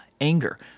anger